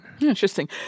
Interesting